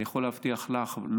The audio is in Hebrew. אני יכול להבטיח לך,